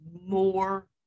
more